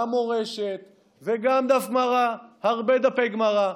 גם מורשת וגם דף גמרא, הרבה דפי גמרא.